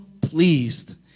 pleased